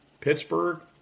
Pittsburgh